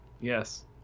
Yes